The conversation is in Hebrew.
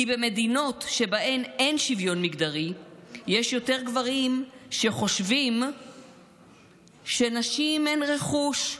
כי במדינות שבהן אין שוויון מגדרי יש יותר גברים שחושבים שנשים הן רכוש,